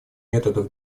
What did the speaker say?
методов